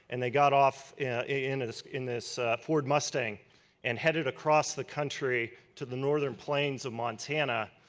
and they got off in this in this ford must staning and headed across the country to the northern plains of montana,